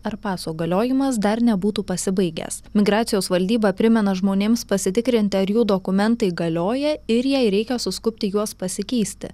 ar paso galiojimas dar nebūtų pasibaigęs migracijos valdyba primena žmonėms pasitikrinti ar jų dokumentai galioja ir jei reikia suskubti juos pasikeisti